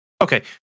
Okay